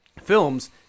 films